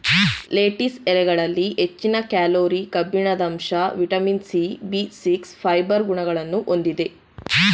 lettuce ಎಲೆಗಳಲ್ಲಿ ಹೆಚ್ಚಿನ calorie, ಕಬ್ಬಿಣದಂಶ, vitamin C, B six, fibre ಗುಣಗಳನ್ನು ಹೊಂದಿದೆ